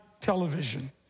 television